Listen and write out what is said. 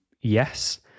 Yes